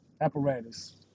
apparatus